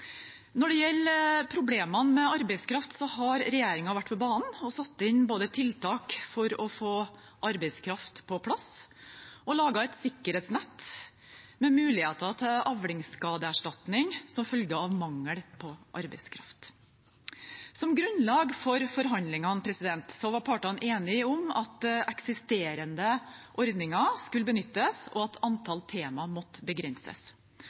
Når det gjelder problemene med arbeidskraft, har regjeringen vært på banen og satt inn tiltak for å få arbeidskraft på plass og laget et sikkerhetsnett med muligheter til avlingsskadeerstatning som følge av mangel på arbeidskraft. Som grunnlag for forhandlingene var partene enige om at eksisterende ordninger skulle benyttes, og at antall tema måtte begrenses.